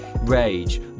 rage